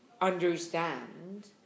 understand